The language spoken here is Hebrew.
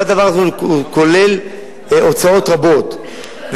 כל הדבר הזה כולל הוצאות רבות,